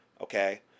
Okay